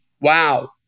Wow